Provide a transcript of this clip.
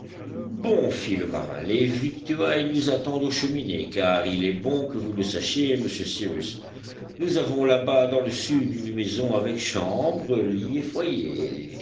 bon fit le marin les victuailles nous attendent aux cheminées car il est bon que vous le sachiez monsieur cyrus nous avons làbas dans le sud une maison avec chambres lits et foyer